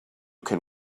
can